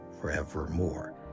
forevermore